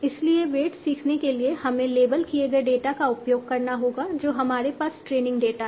इसलिए वेट्स सीखने के लिए हमें लेबल किए गए डेटा का उपयोग करना होगा जो हमारे पास ट्रेनिंग डेटा है